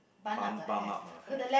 bun bun up her hair